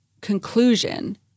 conclusion